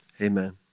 amen